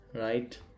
Right